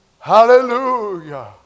Hallelujah